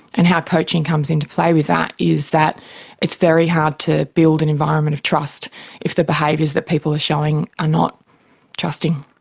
and how coaching comes into play with that is that it's very hard to build an environment of trust if the behaviours that people are showing are not trusting.